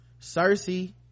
Cersei